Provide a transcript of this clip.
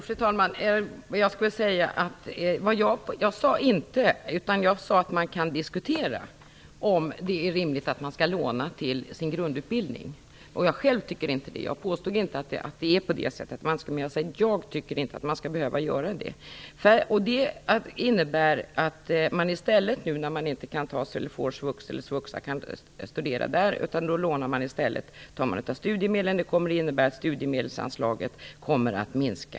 Fru talman! Jag sade att man kan diskutera om det är rimligt att man skall låna till sin grundutbildning. Jag påstod inte att det inte är på det sättet. Men själv tycker jag inte att man skall behöva göra det. Får man inte svux eller svuxa tar man i stället studiemedel. Det kommer att innebära att studiemedelsanslaget kommer att minska.